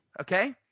Okay